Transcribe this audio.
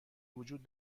وجود